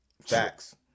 Facts